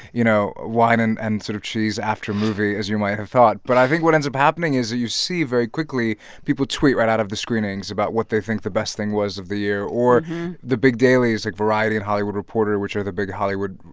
you know, wine and and sort of cheese after a movie as you might have thought but i think what ends up happening is that you see very quickly people tweet right out of the screenings about what they think the best thing was of the year. or the big dailies like variety and hollywood reporter which are the big hollywood,